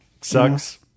sucks